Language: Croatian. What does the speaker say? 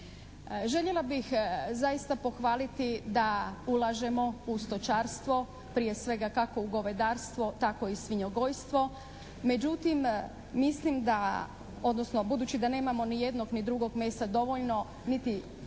Željela bih zaista pohvaliti da ulažemo u stočarstvo prije svega kako u govedarstvo tako i svinjogojstvo međutim, mislim da odnosno budući da nemamo ni jednog ni drugog mesa dovoljno niti